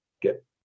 get